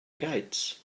gates